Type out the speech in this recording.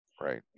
Right